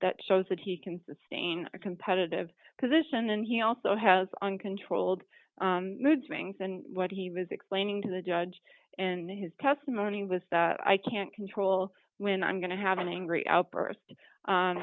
that shows that he can sustain a competitive position and he also has uncontrolled mood swings and what he was explaining to the judge and his testimony was that i can't control when i'm going to have an angry outburst